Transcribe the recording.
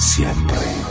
Siempre